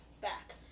back